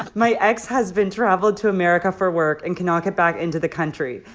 ah my ex-husband traveled to america for work and cannot get back into the country.